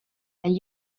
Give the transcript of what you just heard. and